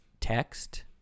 text